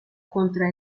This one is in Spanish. contra